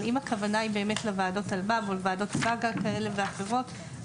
אם הכוונה היא באמת לוועדות אלמ"ב מול ועדות כאלה אחרות,